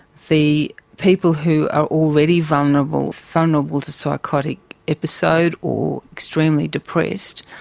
the people who are already vulnerable vulnerable to psychotic episode or extremely depressed,